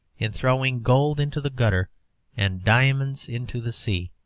in throwing gold into the gutter and diamonds into the sea.